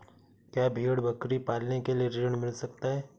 क्या भेड़ बकरी पालने के लिए ऋण मिल सकता है?